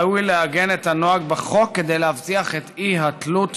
ראוי לעגן את הנוהג בחוק כדי להבטיח את האי-תלות